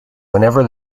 whenever